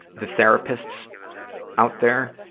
the therapists out there,